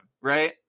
Right